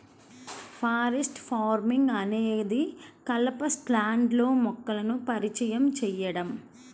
forest farming అనేది కలప స్టాండ్లో మొక్కలను పరిచయం చేయడం